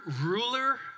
ruler